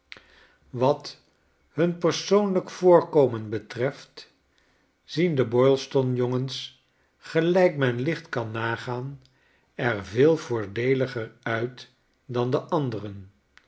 wat hun persoonlijk voorkomen betreft zien de boylston jongens gelijk men licht kan nagaan er veel voordeeliger uit dan de anderen